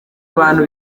abantu